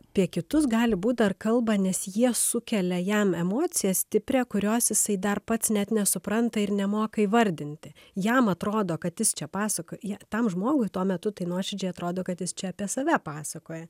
apie kitus gali būt dar kalba nes jie sukelia jam emociją stiprią kurios jisai dar pats net nesupranta ir nemoka įvardinti jam atrodo kad jis čia pasakoja tam žmogui tuo metu tai nuoširdžiai atrodo kad jis čia apie save pasakoja